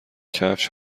کفش